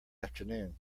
afternoon